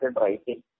writing